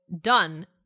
done